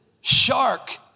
shark